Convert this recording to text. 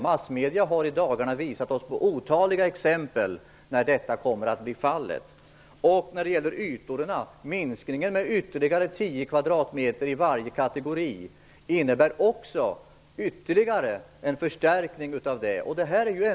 Massmedierna har i dagarna visat på otaliga exempel där detta kommer att bli fallet. När det gäller ytorna innebär minskningen med ytterligare 10 kvadratmeter i varje kategori en förstärkning av denna effekt.